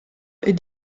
est